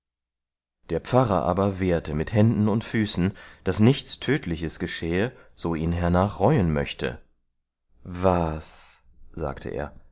der pfarrer aber wehrte mit händen und füßen daß nichts tödliches geschähe so ihn hernach reuen möchte was sagte er